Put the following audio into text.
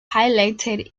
highlighted